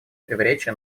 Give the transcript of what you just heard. речи